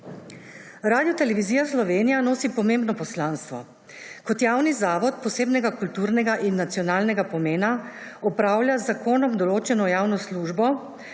Radiotelevizija Slovenija nosi pomembno poslanstvo. Kot javni zavod posebnega kulturnega in nacionalnega pomena opravlja z zakonom določeno javno službo